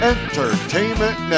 Entertainment